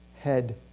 head